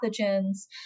pathogens